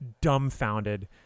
dumbfounded